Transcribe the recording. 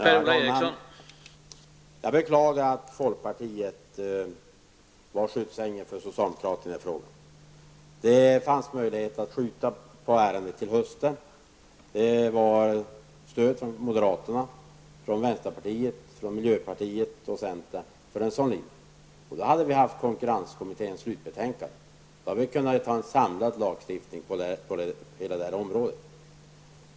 Herr talman! Jag beklagar att folkpartiet var skyddsängel åt socialdemokraterna i denna fråga. Det var möjligt att skjuta på ärendet till hösten. Det fanns stöd från moderaterna, vänsterpartiet, miljöpartiet och centern för en sådan linje. Då hade vi haft konkurrenskommitténs slutbetänkande. Då kunde vi ha infört en samlad lagstiftning för hela detta område.